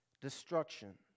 Destruction